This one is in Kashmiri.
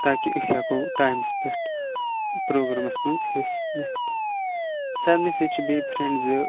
تاکہِ أسۍ ہیٚکو ٹایمَس پیٹھ پروگرامَس مَنٛز حِصہٕ نِتھ سَر مےٚ سۭتۍ چھِ بیٚیہِ فرینٛڈ زٕ